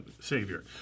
Savior